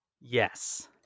Yes